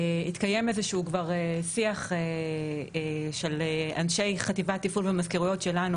התקיים שיח של אנשי חטיבת תפעול ומזכירויות שלנו